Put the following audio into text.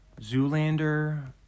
Zoolander